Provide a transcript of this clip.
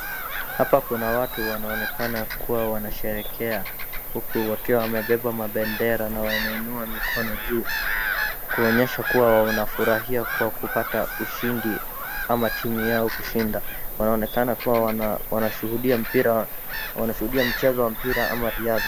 Hapa kuna watu wanaonekana kuwa wanasherehekea huku wakiwa wamebeba mabendera na wanainua mikono juu kuonyesha kuwa wanafurahia kwa kuapata ushindi ama timu yao kushinda. Wanaonekana kuwa wanashuhudia mchezo wa mpira ama riadha.